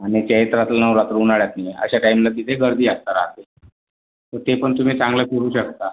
आणि चैत्रातलं नवरात्र उन्हाळ्यातलं अशा टाईमला तिथे गर्दी जास्त राहते तर ते पण तुम्ही चांगलं करू शकता